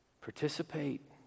participate